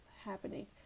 happening